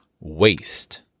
Waste